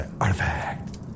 Artifact